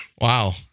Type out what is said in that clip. Wow